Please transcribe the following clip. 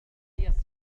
يسكن